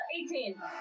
eighteen